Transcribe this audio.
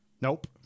Nope